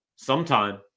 sometime